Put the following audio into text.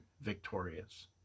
victorious